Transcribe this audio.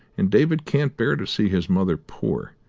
and david can't bear to see his mother poor.